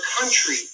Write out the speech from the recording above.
country